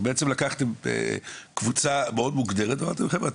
בעצם לקחתם קבוצה מאוד מוגדרת ואמרתם חברה,